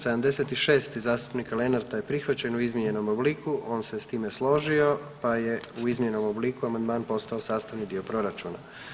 76., zastupnika Lenarta je prihvaćen u izmijenjenom obliku, on se s time složio pa je u izmijenjenom obliku amandman postao sastavni dio Proračuna.